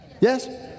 Yes